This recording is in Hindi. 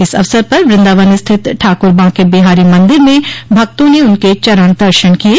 इस अवसर पर वृंदावन स्थित ठाकुर बांके बिहारी मंदिर में भक्तों ने उनके चरण दर्शन किये